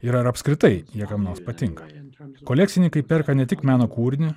ir ar apskritai jie kam nors patinka kolekcininkai perka ne tik meno kūrinį